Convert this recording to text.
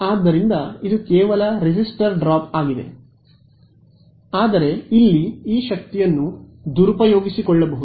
ಆದ್ದರಿಂದ ಇದು ಕೇವಲ ರೆಸಿಸ್ಟರ್ ಡ್ರಾಪ್ ಆಗಿದೆ ಆದರೆ ಇಲ್ಲಿ ಈ ಶಕ್ತಿಯನ್ನು ದುರುಪಯೋಗಿಸಿಕೊಳ್ಳಬಹುದು